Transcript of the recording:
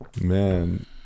Man